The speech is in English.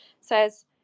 says